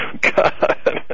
God